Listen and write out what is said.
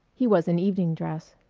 he was in evening dress.